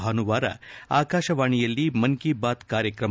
ಭಾನುವಾರ ಆಕಾಶವಾಣಿಯಲ್ಲಿ ಮನ್ ಕಿ ಬಾತ್ ಕಾರ್ಯಕ್ರಮ